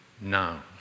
now